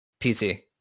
pc